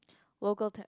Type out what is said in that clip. local ta~